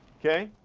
okay.